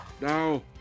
now